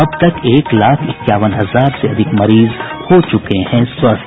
अब तक एक लाख इक्यावन हजार से अधिक मरीज हो चूके हैं स्वस्थ